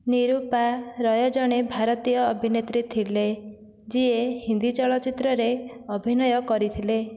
ନିରୁପା ରୟ ଜଣେ ଭାରତୀୟ ଅଭିନେତ୍ରୀ ଥିଲେ ଯିଏ ହିନ୍ଦୀ ଚଳଚ୍ଚିତ୍ରରେ ଅଭିନୟ କରିଥିଲେ